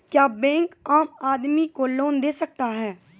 क्या बैंक आम आदमी को लोन दे सकता हैं?